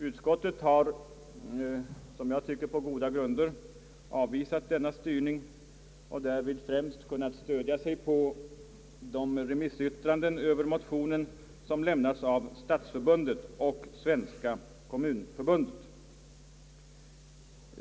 Utskottet har på goda grunder avvisat denna styrning och därvid främst kunnat stödja sig på de remissyttranden över motionen som lämnats av Svenska stadsförbundet och Svenska kommunförbundet.